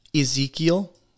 Ezekiel